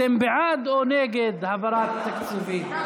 אתם בעד או נגד העברת תקציבים?